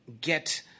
get